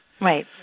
Right